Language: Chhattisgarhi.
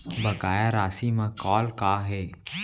बकाया राशि मा कॉल का हे?